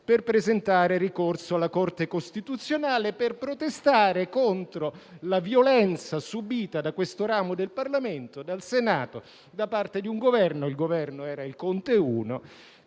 per presentare ricorso alla Corte costituzionale e per protestare contro la violenza subita da questo ramo del Parlamento, quindi dal Senato, da parte di un Governo (il Governo era il Conte 1)